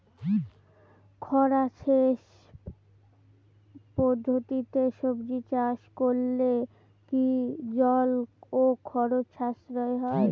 খরা সেচ পদ্ধতিতে সবজি চাষ করলে কি জল ও খরচ সাশ্রয় হয়?